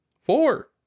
Four